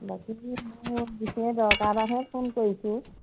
বাকী মোৰ বিশেষ দৰকাৰ এটাতহে ফোন কৰিছোঁ